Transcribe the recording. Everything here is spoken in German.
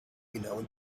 genauen